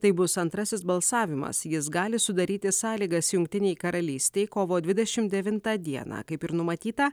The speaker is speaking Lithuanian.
tai bus antrasis balsavimas jis gali sudaryti sąlygas jungtinei karalystei kovo dvidešimdevintą dieną kaip ir numatyta